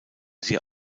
sie